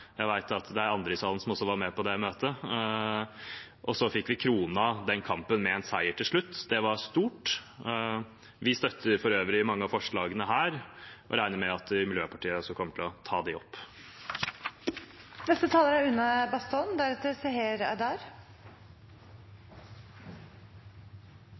jeg vet at det er andre i salen som også var med på det møtet – og vi fikk kronet den kampen med en seier til slutt. Det var stort. Vi støtter for øvrig mange av forslagene her og regner med at Miljøpartiet De Grønne kommer til å ta dem opp. Psykiske plager er